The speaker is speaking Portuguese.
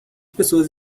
pessoas